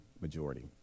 majority